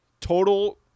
total